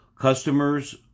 Customers